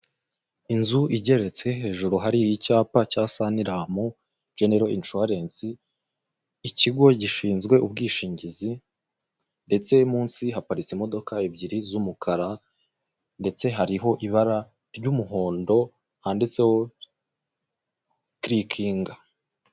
Inzu igeretse hejuru hari icyapa cya saniramu genero inshuwarensi. Ikigo gishinzwe ubwishingizi ndetse munsi haparitse imodoka ebyiri z'umukara ndetse hariho ibara ry'umuhondo handitseho kirikinga.